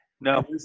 No